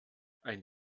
ein